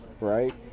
right